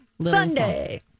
Sunday